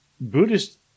Buddhist